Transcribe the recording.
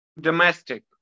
domestic